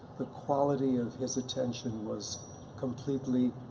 the quality of his attention was completely